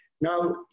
Now